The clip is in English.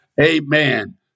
amen